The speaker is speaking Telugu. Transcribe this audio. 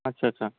అచ్చచ్చా